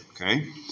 Okay